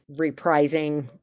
reprising